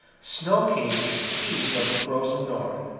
snow king is king of the frozen north.